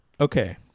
Okay